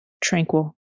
tranquil